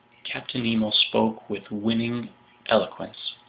captain nemo spoke with winning eloquence.